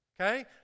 okay